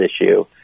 issue